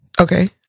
Okay